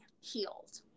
healed